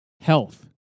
Health